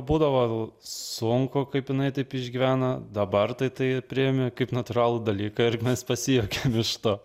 būdavo sunku kaip jinai taip išgyvena dabar tai tai priimi kaip natūralų dalyką ir mes pasijuokiam iš to